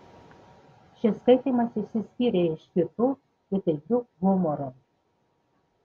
šis skaitymas išsiskyrė iš kitų įtaigiu humoru